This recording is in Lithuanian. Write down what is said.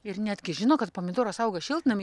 ir netgi žino kad pomidoras auga šiltnamy